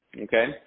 Okay